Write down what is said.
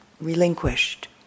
relinquished